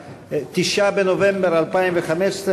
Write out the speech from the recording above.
הכנסת.